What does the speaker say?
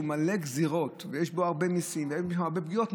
שהוא מלא גזרות ויש בו הרבה מיסים ויש הרבה פגיעות,